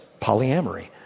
polyamory